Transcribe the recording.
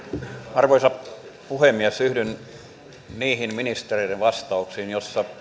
arvoisa puhemies yhdyn niihin ministereiden vastauksiin joissa